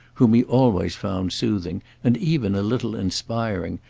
whom he always found soothing and even a little inspiring,